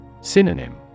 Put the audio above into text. Synonym